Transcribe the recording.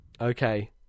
okay